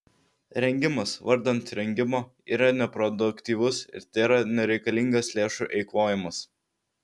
rengimas vardan rengimo yra neproduktyvus ir tėra nereikalingas lėšų eikvojimas